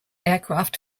aircraft